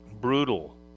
brutal